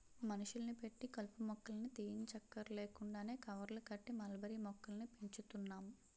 మనుషుల్ని పెట్టి కలుపు మొక్కల్ని తీయంచక్కర్లేకుండా కవర్లు కట్టి మల్బరీ మొక్కల్ని పెంచుతున్నాం